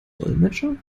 dolmetscher